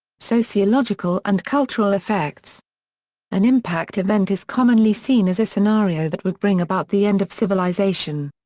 sociological and cultural effects an impact event is commonly seen as a scenario that would bring about the end of civilization.